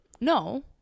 No